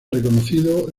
reconocido